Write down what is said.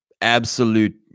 absolute